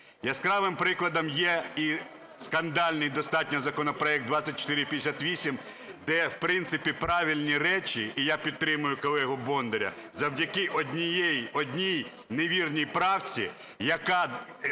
Яскравим прикладом є і скандальний достатньо законопроект 2458, де, в принципі, правильні речі, і я підтримую колегу Бондаря, завдяки одній невірній правці, яка